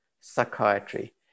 psychiatry